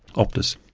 optus.